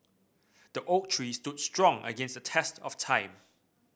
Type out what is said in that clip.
the oak tree stood strong against the test of time